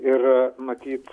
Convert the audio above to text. ir matyt